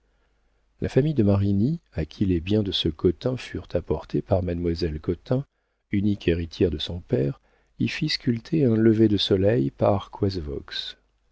la famille de marigny à qui les biens de ce cottin furent apportés par mademoiselle cottin unique héritière de son père y fit sculpter un lever de soleil par